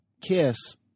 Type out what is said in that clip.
kiss